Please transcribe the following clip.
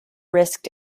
risked